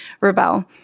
Rebel